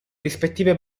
rispettive